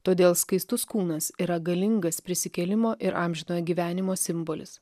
todėl skaistus kūnas yra galingas prisikėlimo ir amžinojo gyvenimo simbolis